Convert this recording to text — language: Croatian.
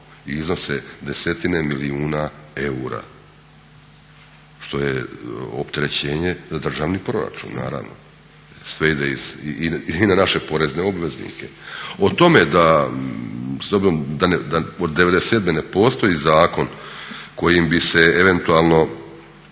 i iznose desetine milijuna eura što je opterećenje za državni proračun naravno. Sve ide i na naše porezne obveznike. O tome da od '97. ne postoji zakon kojim bi se eventualno